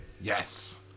Yes